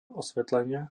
osvetlenia